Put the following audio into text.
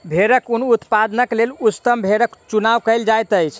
भेड़क ऊन उत्पादनक लेल उच्चतम भेड़क चुनाव कयल जाइत अछि